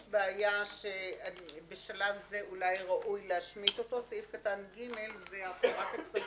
הצבעה בעד 4 נגד אין נמנעים אין סעיף קטן (ב) עם התיקונים